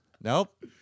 Nope